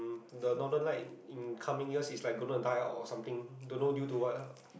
the Northern Light in coming years is like gonna die up or something don't know due to what